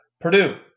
Purdue